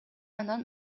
анан